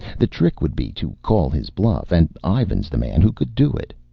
the trick would be to call his bluff. and ivan's the man who could do it.